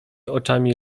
oczami